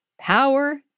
power